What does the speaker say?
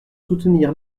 soutenir